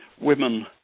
women